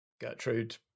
Gertrude